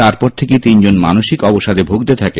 তারপর থেকেই তিনজন মানসিক অবসাদে ভুগতে থাকে